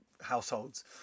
households